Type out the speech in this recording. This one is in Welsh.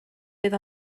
fydd